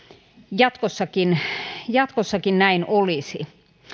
jatkossakin jatkossakin näin olisi